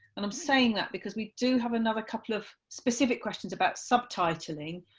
and i'm saying that because we do have another couple of specific questions about subtitling,